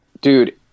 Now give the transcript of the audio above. Dude